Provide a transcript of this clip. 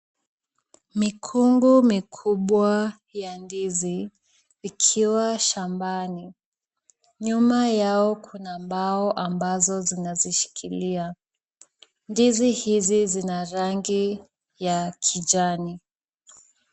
Mikungu mikubwa ya ndizi ikiwa shambani. Nyuma yao kuna mbao ambao zinazishikilia. Ndizi hizi zina rangi ya kijani.